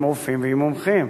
עם רופאים ועם מומחים.